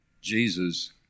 Jesus